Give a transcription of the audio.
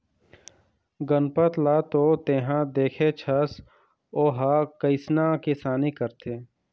गनपत ल तो तेंहा देखेच हस ओ ह कइसना किसानी करथे